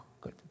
Good